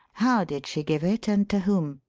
how did she give it and to whom?